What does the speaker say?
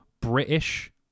British